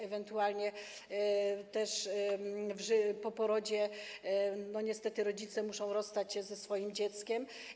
Ewentualnie też po porodzie niestety rodzice muszą rozstać się ze swoim dzieckiem.